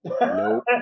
Nope